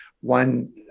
one